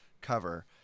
cover